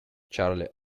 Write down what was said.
charlie